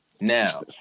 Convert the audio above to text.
Now